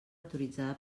autoritzada